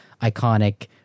iconic